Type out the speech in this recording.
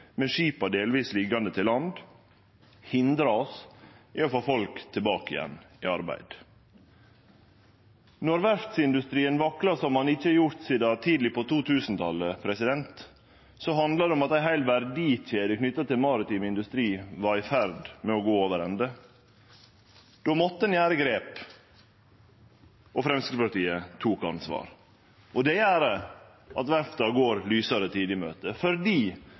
med skipa delvis liggjande til land, hindrar oss i å få folk tilbake igjen i arbeid. Når verftsindustrien vaklar som han ikkje har gjort sidan tidleg på 2000-talet, handlar det om at ei heil verdikjede knytt til maritim industri er i ferd med å gå over ende. Då måtte ein gjere grep, og Framstegspartiet tok ansvar. Det gjer at verfta går lysare tider i møte, fordi